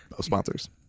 sponsors